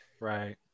Right